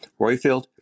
Royfield